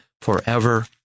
forever